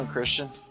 Christian